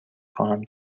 خواهم